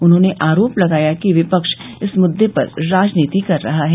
उन्होंने आरोप लगाया कि विपक्ष इस मुद्दे पर राजनीति कर रहा है